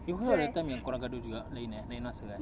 you heard of the time yang kau orang gaduh juga lain ah lain masa eh